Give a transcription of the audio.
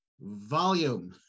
volume